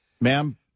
Ma'am